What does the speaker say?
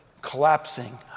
collapsing